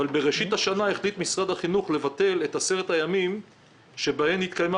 אבל בראשית השנה החליט משרד החינוך לבטל את עשרת הימים שבהם התקיימה